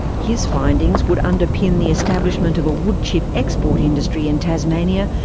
his findings would underpin the establishment of a woodchip export industry in tasmania,